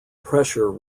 pressure